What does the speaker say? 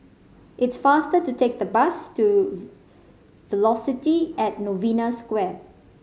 it is faster to take the bus to Velocity at Novena Square